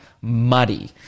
muddy